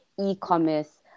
e-commerce